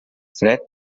fred